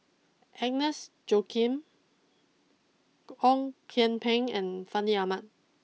Agnes Joaquim Ong Kian Peng and Fandi Ahmad